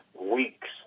weeks